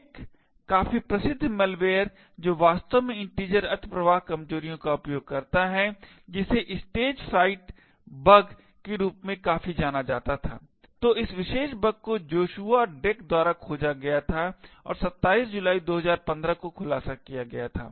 एक काफी प्रसिद्ध मैलवेयर जो वास्तव में integer अतिप्रवाह कमजोरियों का उपयोग करता है जिसे स्टेजफ्राइट बग के रूप में काफी जाना जाता था तो इस विशेष बग को जोशुआ ड्रेक द्वारा खोजा गया था और 27 जुलाई 2015 को खुलासा किया गया था